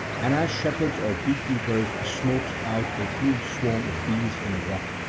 and as shepherds or beekeepers smoke out a huge swarm of bees in a rock,